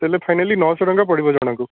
ତା'ହେଲେ ଫାଇନାଲି ନଅଶହ ଟଙ୍କା ପଡ଼ିବ ଜଣକୁ